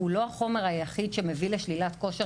הוא לא החומר היחיד שמביא לשלילת כושר.